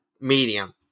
medium